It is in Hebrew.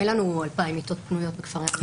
אין לנו 2,000 מיטות פנויות בכפרי הנוער.